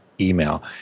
email